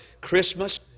Christmas